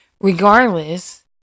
Regardless